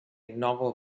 novel